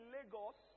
Lagos